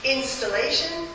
Installation